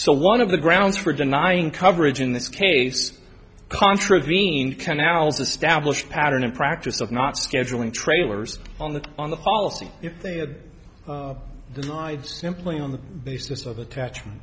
so one of the grounds for denying coverage in this case contravened canals established pattern and practice of not scheduling trailers on the on the policy if they had denied simply on the basis of attachment